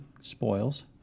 spoils